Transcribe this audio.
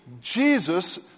Jesus